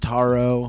Taro